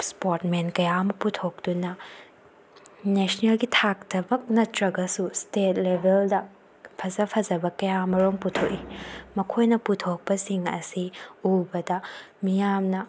sport men ꯀꯌꯥ ꯑꯃ ꯄꯨꯊꯣꯛꯇꯨꯅ ꯅꯦꯁꯅꯦꯜꯒꯤ ꯊꯥꯛꯇꯃꯛ ꯅꯠꯇ꯭ꯔꯒꯁꯨ ꯏꯁꯇꯦꯠ ꯂꯦꯚꯦꯜꯗ ꯐꯖ ꯐꯖꯕ ꯀꯌꯥ ꯃꯔꯨꯝ ꯄꯨꯊꯣꯛꯏ ꯃꯈꯣꯏꯅ ꯄꯨꯊꯣꯛꯄꯁꯤꯡ ꯑꯁꯤ ꯎꯕꯗ ꯃꯤꯌꯥꯝꯅ